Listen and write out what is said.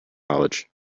college